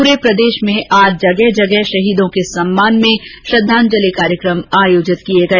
पूरे प्रदेश में जगह जगह शहीदों के सम्मान में श्रद्वांजलि कार्येकम आयोजित किए गए